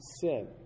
sin